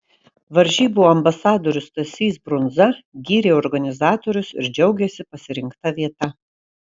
varžybų ambasadorius stasys brundza gyrė organizatorius ir džiaugėsi pasirinkta vieta